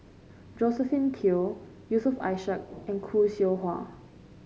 Josephine Teo Yusof Ishak and Khoo Seow Hwa